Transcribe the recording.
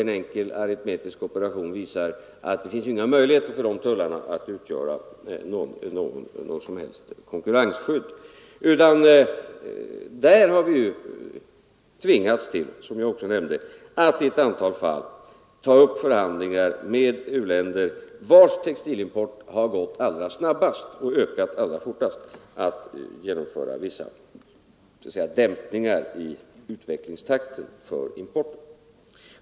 En enkel aritmetisk operation visar att det inte finns några möjligheter för de tullarna att utgöra något som helst konkurrensskydd. På den punkten har vi tvingats till — som jag också nämnde -— att i ett antal fall ta upp förhandlingar med u-länder, vars textilimport har gått allra snabbast, om vissa dämpningar i importens utvecklingstakt.